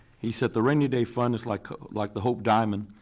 he said the rainy day fund is like ah like the hope diamond,